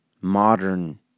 modern